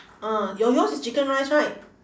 ah your yours is chicken rice right